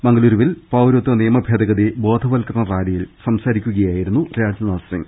മംഗലൂരുവിൽ പൌരത്വ നിമയ ഭേദ ഗതി ബോധവത്കരണ റാലിയിൽ സംസാരിക്കുകയായിരുന്നു രാജ്നാ ഥ്സിങ്